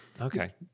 Okay